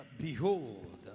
behold